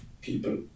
people